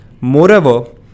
Moreover